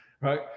right